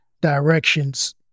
directions